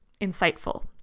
insightful